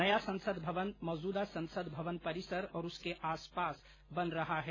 नया संसद भवन मौजूदा संसद भवन परिसर और उसके आसपास बन रहा है